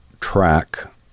track